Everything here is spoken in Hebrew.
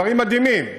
דברים מדהימים.